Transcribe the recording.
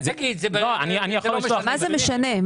מה זה משנה?